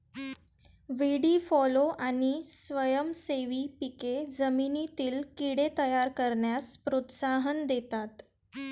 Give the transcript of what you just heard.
व्हीडी fallow आणि स्वयंसेवी पिके जमिनीतील कीड़े तयार करण्यास प्रोत्साहन देतात